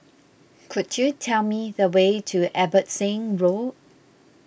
could you tell me the way to Abbotsingh Road